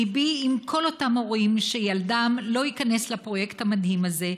ליבי עם כל אותם הורים שילדם לא ייכנס לפרויקט המדהים הזה,